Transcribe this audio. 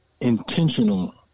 intentional